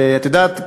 את יודעת,